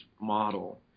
model